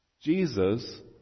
Jesus